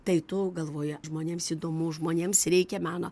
tai tu galvoji žmonėms įdomu žmonėms reikia meno